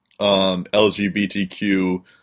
LGBTQ